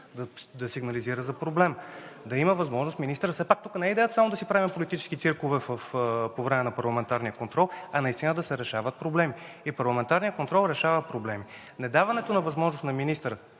да сигнализира за проблем. Все пак тук не е идеята само да си правим политически циркове по време на парламентарния контрол, а наистина да се решават проблеми. И парламентарният контрол решава проблеми. Недаването на възможност на министъра,